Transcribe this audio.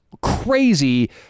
crazy